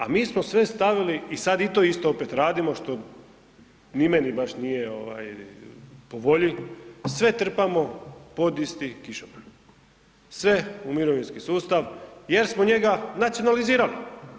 A mi smo sve stavili i sad i to isto opet radimo, što ni meni baš nije ovaj po volji, sve trpamo pod isti kišobran, sve u mirovinski sustav jer smo njega nacionalizirali.